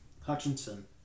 Hutchinson